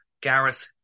Gareth